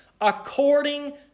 According